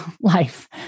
life